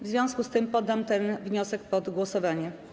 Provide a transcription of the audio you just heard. W związku z tym poddam ten wniosek pod głosowanie.